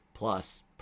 plus